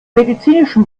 medizinischen